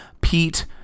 Pete